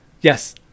Yes